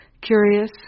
curious